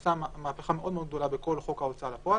שעשה מהפכה מאוד גדולה בכל חוק ההוצאה לפועל,